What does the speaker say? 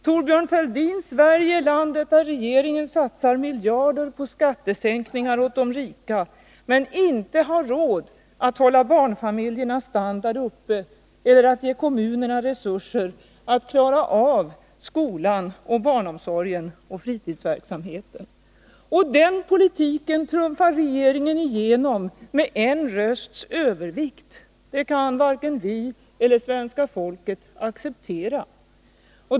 Thorbjörn Fälldins Sverige är landet där regeringen satsar miljarder på skattesänkningar åt de rika men inte har råd att hålla barnfamiljernas standard uppe eller ge kommunerna resurser att klara av skolan, barnomsorgen och fritidsverksamheten. Och denna politik trumfar regeringen igenom med en rösts övervikt. Det kan varken vi eller svenska folket acceptera.